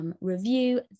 review